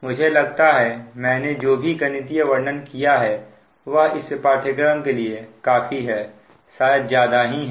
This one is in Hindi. मुझे लगता है मैंने जो भी गणितीय वर्णन किया है वह इस पाठ्यक्रम के लिए काफी है शायद ज्यादा ही है